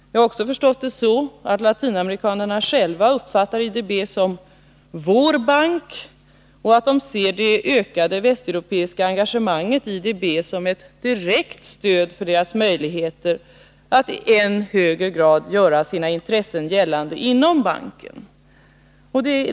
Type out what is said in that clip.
Jag har också förstått det så att latinamerikanerna själva uppfattar IDB som ”vår” bank och att de ser det ökade västeuropeiska engagemanget i IDB som ett direkt stöd för sina möjligheter att i än högre grad göra sina intressen gällande inom banken.